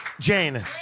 Jane